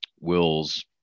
Will's